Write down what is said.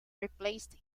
replaced